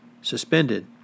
suspended